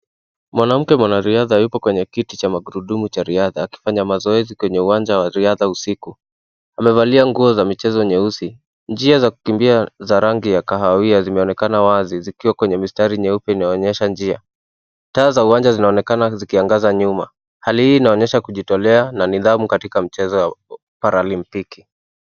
Mwanamke mwanaridha yuko kwenye kiti cha magurudumu cha wanariadha, akifanya mazoezi kwenye uwanja wa riadha usiku, amevalia nguo za michezo nyeusi, njia za kukimbia za raingi ya kahawia zimeonekana wazi zikiwa kwenye mistari nyeupe inayoonysha njia, taa za uwanja zinaonekana zikiangaza nyuma, hali hii inaonyesha kujitolea na nidhamu katika michezo ya paralimpiki.